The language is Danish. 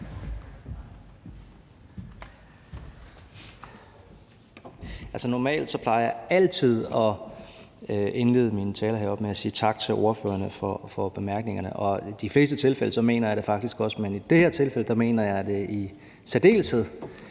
Normalt plejer jeg altid at indlede mine taler heroppe med at sige tak til ordførerne for bemærkningerne, og i de tilfælde mener jeg det faktisk også. Men i det her tilfælde mener jeg det i særdeleshed,